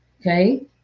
okay